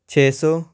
ਛੇ ਸੌ